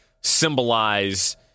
symbolize